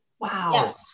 Wow